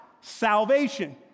salvation